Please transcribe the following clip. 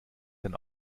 sein